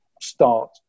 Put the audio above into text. start